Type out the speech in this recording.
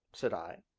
said i.